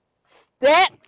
Step